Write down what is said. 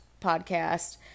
podcast